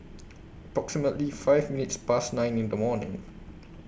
approximately five minutes Past nine in The morning